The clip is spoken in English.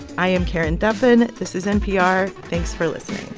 i am karen duffin. this is npr. thanks for listening